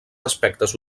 aspectes